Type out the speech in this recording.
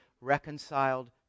reconciled